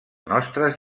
nostres